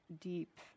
deep